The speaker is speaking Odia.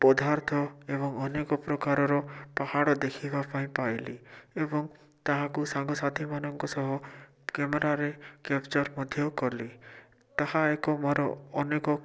ପଦାର୍ଥ ଏବଂ ଅନେକ ପ୍ରକାରର ପାହାଡ଼ ଦେଖିବାପାଇଁ ପାଇଲି ଏବଂ ତାହାକୁ ସାଙ୍ଗ ସାଥିମାନଙ୍କ ସହ କେମେରାରେ କେପ୍ଚର୍ ମଧ୍ୟ କଲି ତାହା ଏକ ମୋର ଅନେକ